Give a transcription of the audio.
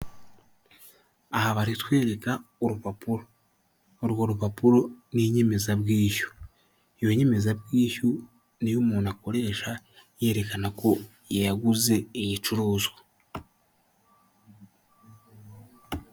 Aha baratwereka urupapuro, urwo rupapuro n'inyemezabwishyu, iyo nyemezabwishyu ni iyo umuntu akoresha yerekana ko yaguze igicuruzwa.